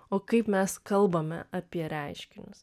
o kaip mes kalbame apie reiškinius